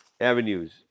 avenues